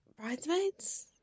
Bridesmaids